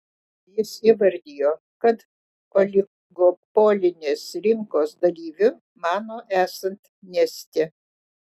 jis įvardijo kad oligopolinės rinkos dalyviu mano esant neste